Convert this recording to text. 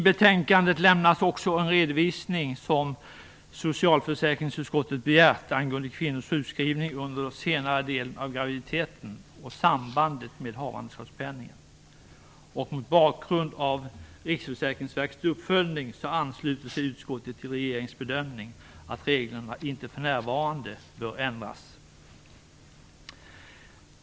I betänkandet lämnas också en redovisning som socialförsäkringsutskottet begärt angående kvinnors sjukskrivning under senare delen av graviditeten och sambandet med havandeskapspenningen. Mot bakgrund av Riksförsäkringsverkets uppföljning ansluter sig utskottet till regeringens bedömning att reglerna inte för närvarande bör ändras.